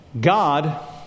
God